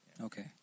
Okay